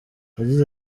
yagize